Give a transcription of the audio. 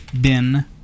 bin